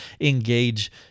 engage